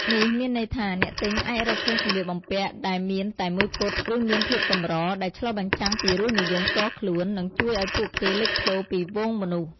នេះមានន័យថា អ្នកទិញអាចរកឃើញសម្លៀកបំពាក់ដែលមានតែមួយគត់ ឬមានភាពកម្រ ដែលឆ្លុះបញ្ចាំងពីរសនិយមផ្ទាល់ខ្លួន និងជួយឱ្យពួកគេលេចធ្លោពីហ្វូងមនុស្ស។